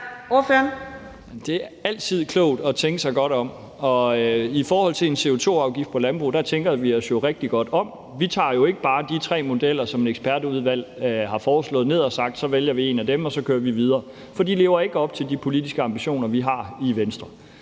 Det er altid klogt at tænke sig godt om. Og i forhold til en CO2-afgift på landbruget tænker vi os rigtig godt om. Vi tager jo ikke bare de tre modeller, som et ekspertudvalg har foreslået, ned, og siger: Så vælger vi en af dem, og så kører vi videre. For de lever ikke op til de politiske ambitioner, vi har i Venstre.